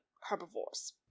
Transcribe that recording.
herbivores